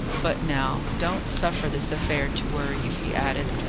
but now, don't suffer this affair to worry you, he added,